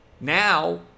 Now